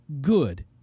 good